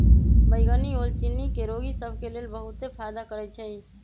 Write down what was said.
बइगनी ओल चिन्नी के रोगि सभ के लेल बहुते फायदा करै छइ